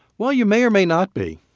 well, you may or may not be.